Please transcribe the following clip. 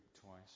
twice